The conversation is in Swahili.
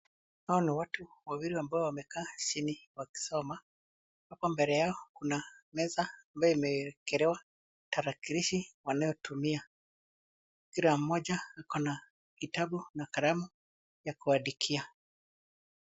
Hawa ni watu wawili ambao wamekaa chini wakisoma. Hapo mbele yao kuna meza ambayo imeekelewa tarakilishi wanayotumia. Kila mmoja akona kitabu na kalamu ya kuandikia.